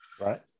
Right